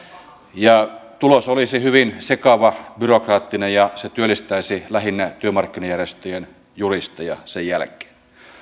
tulos olisi hyvin sekava ja byrokraattinen ja se työllistäisi lähinnä työmarkkinajärjestöjen juristeja sen jälkeen